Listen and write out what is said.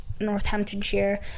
Northamptonshire